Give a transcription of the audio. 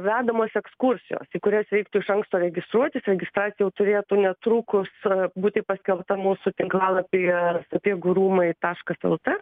vedamos ekskursijos į kurias reiktų iš anksto registruotis registracija jau turėtų netrukus būti paskelbta mūsų tinklalapyje sapiegų rūmai taškas lt